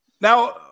Now